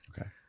Okay